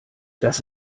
dass